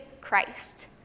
Christ